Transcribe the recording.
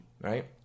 right